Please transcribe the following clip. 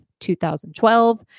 2012